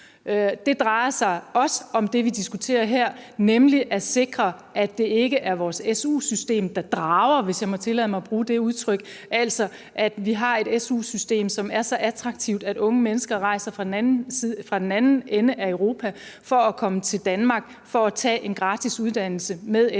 Det drejer sig også om det, vi diskuterer her, nemlig at sikre, at det ikke er vores SU-system, der drager – hvis jeg må tillade mig at bruge det udtryk – altså at vi ikke har et SU-system, som er så attraktivt, at unge mennesker rejser fra den anden ende af Europa for at komme til Danmark for at tage en gratis uddannelse med SU.